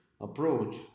approach